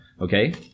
Okay